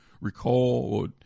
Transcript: recall